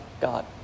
God